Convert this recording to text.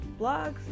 blogs